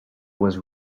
was